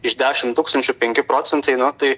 iš dešim tūkstančių penki procentai nu tai